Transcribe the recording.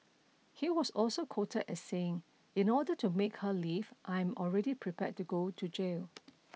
he was also quoted as saying in order to make her leave I am already prepared to go to jail